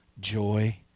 joy